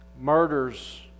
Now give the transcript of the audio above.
murders